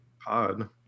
pod